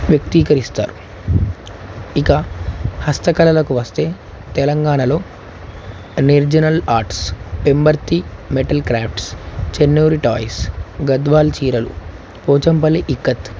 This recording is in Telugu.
వ్యక్తీకరిస్తారు ఇక హస్తకళలకు వస్తే తెలంగాణలో నిర్జనల్ ఆర్ట్స్ పెంబర్తి మెటల్ క్రాఫ్ట్స్ చెన్నూరి టాయ్స్ గద్వాల చీరలు పోచంపల్లి ఇక్కత్